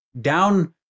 down